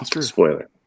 Spoiler